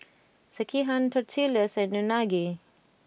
Sekihan Tortillas and Unagi